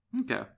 Okay